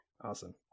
Awesome